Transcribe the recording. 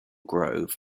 grove